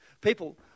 People